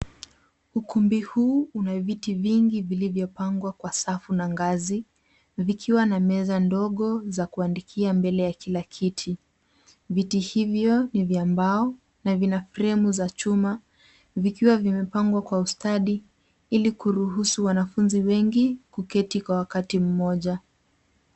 Ukumbi huu una viti vingi vilivyopangwa kwa safu na ngazi, vikiwa na meza ndogo za kuandikia mbele ya kila kiti. Viti hivyo ni vya mbao na vina fremu za chuma, vikiwa vimepangwa kwa ustadi, ili kuruhusu wanafunzi wengi kuketi kwa wakati mmoja.